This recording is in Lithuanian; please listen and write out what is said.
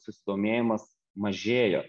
susidomėjimas mažėjo